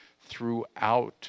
throughout